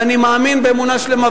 ואני מאמין באמונה שלמה,